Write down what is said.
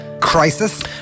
crisis